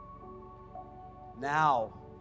Now